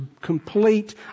complete